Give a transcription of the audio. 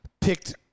picked